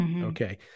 Okay